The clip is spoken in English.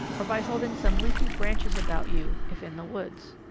or by holding some leafy branches about you if in the woods.